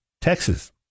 Texas